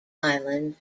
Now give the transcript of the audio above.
island